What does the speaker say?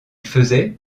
faisait